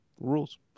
rules